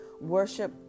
Worship